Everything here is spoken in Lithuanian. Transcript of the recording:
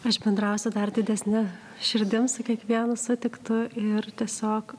aš bendrausiu dar didesne širdim su kiekvienu sutiktu ir tiesiog